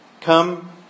come